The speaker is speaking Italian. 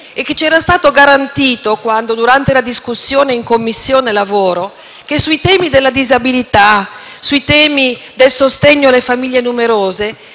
e che ci era stato garantito durante la discussione in Commissione lavoro è che sui temi della disabilità e del sostegno alle famiglie numerose